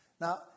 Now